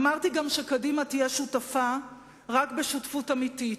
אמרתי גם שקדימה תהיה שותפה רק בשותפות אמיתית,